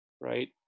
right